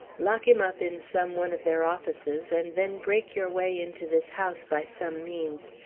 lock him up in some one of their offices, and then break your way into this house by some means.